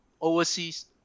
overseas